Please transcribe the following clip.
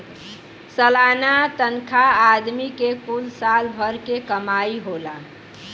सलाना तनखा आदमी के कुल साल भर क कमाई होला